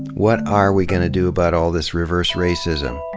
what are we going to do about all this reverse racism